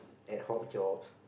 ad hoc jobs